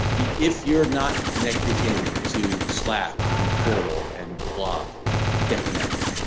if you're not connected in to slack, in the portal, and the blog get connected.